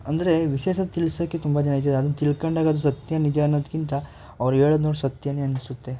ಅಂದರೆ ವಿಶೇಷತೆ ತಿಳ್ಸೋಕ್ಕೆ ತುಂಬ ಜನ ಇದ್ದಾರೆ ಅದನ್ನು ತಿಳ್ಕೊಂಡಾಗ ಅದು ಸತ್ಯ ನಿಜ ಅನ್ನೋದಕ್ಕಿಂತ ಅವರು ಹೇಳೋದ್ ನೋಡಿ ಸತ್ಯವೇ ಅನಿಸುತ್ತೆ